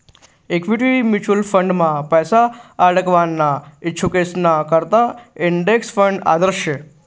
equity mutual फंडमा पैसा आडकवाना इच्छुकेसना करता इंडेक्स फंड आदर्श शे